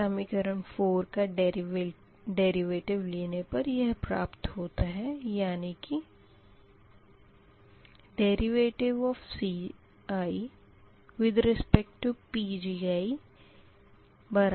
समीकरण 4 का डेरिवेटिव लेने पर यह प्राप्त होता है यानी कि dCidPgiICibi2diPgi